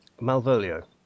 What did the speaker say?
Malvolio